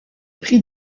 prit